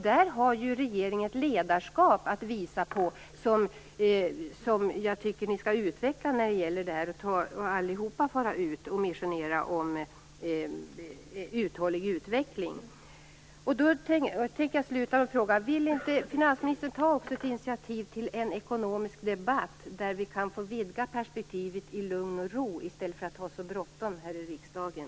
Där har ju regeringen ett ledarskap som jag tycker att ni skall utveckla genom att fara ut allihop och missionera om en uthållig utveckling. Jag tänker sluta med en fråga. Vill inte finansministern ta ett initiativ till en ekonomisk debatt där vi kan få vidga perspektivet i lugn och ro i stället för att ha så bråttom här i riksdagen?